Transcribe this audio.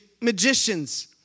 magicians